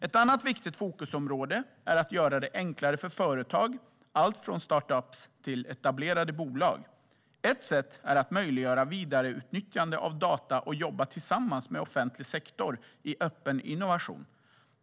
Ett annat viktigt fokusområde är att göra det enklare för företag, allt från start-up-företag till etablerade bolag. Ett sätt är att möjliggöra vidareutnyttjande av data och att jobba tillsammans med offentlig sektor i öppen innovation.